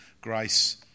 grace